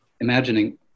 Imagining